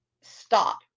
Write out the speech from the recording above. stop